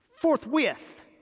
forthwith